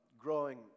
growing